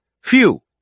Phew